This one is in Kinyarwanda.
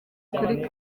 kuri